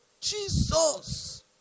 Jesus